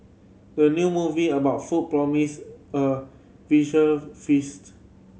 the new movie about food promise a visual feast